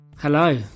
Hello